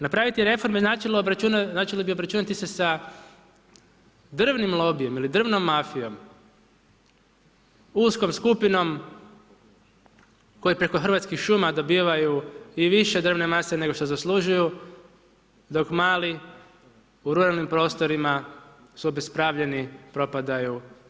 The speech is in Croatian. Napraviti reforme značilo bi obračunati se sa drvnim lobijima ili drvnom mafijom, uskom skupinom koja preko Hrvatskih šuma dobivaju i više drvne mase nego što zaslužuju dok mali u ruralnim prostorima su obespravljeni, propadaju.